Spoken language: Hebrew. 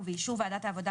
ובאישור ועדת העבודה,